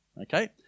okay